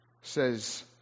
says